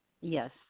Yes